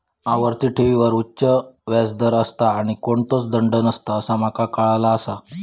आवर्ती ठेवींवर उच्च व्याज दर असता आणि कोणतोच दंड नसता असा माका काळाला आसा